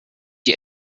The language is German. die